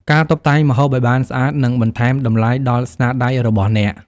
ការតុបតែងម្ហូបឱ្យបានស្អាតនឹងបន្ថែមតម្លៃដល់ស្នាដៃរបស់អ្នក។